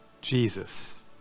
Jesus